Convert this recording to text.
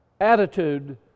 attitude